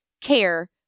care